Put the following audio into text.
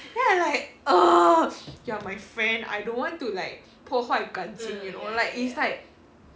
then I like uh you're my friend I don't want to like 破坏感情 you know like is like